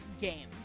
game